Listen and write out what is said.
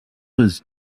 his